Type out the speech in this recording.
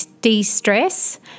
de-stress